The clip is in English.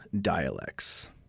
dialects